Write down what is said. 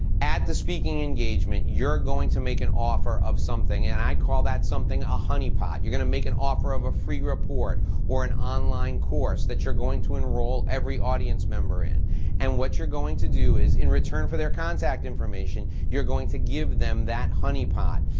at the speaking engagement you're going to make an offer of something, and i call that something a honey pot. you're gonna make an offer of a free report or an outline course that you're going to enroll every audience member in and what you're going to do is in return for their contact information, you're going to give them that honey pot.